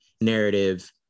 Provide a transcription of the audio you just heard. narrative